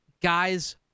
guys